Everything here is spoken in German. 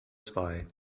zwei